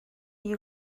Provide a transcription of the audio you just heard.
you